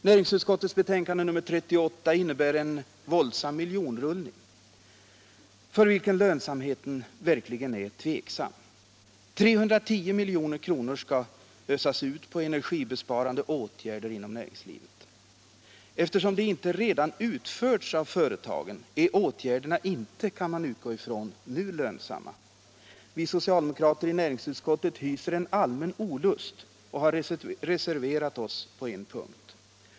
Näringsutskottets betänkande nr 38 innebär en våldsam miljonrullning, för vilken lönsamheten verkligen är tveksam. Inte mindre än 310 milj.kr. skall ösas ut på energibesparande åtgärder inom näringslivet. Eftersom de inte redan vidtagits av företagen kan man utgå ifrån att åtgärderna inte nu är lönsamma. Vi socialdemokrater i näringsutskottet känner en allmän olust och har reserverat oss på en punkt.